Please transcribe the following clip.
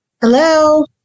Hello